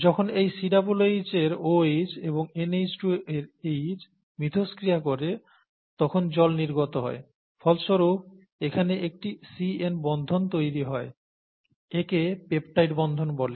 যখন এই COOH এর OH এবং NH2 এর H মিথস্ক্রিয়া করে তখন জল নির্গত হয় ফলস্বরূপ এখানে একটি CN বন্ধন তৈরি হয় একে পেপটাইড বন্ধন বলে